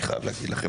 אני חייב להגיד לכם.